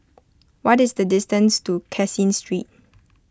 what is the distance to Caseen Street